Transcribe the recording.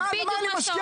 זה בדיוק מה שאתה אומר.